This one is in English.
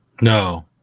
No